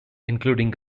including